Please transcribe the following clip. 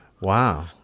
Wow